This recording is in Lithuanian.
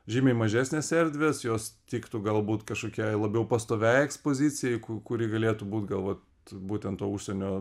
žymiai mažesnės erdvės jos tiktų galbūt kažkokiai labiau pastoviai ekspozicijai kuri galėtų būt gal vat būtent to užsienio